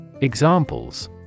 Examples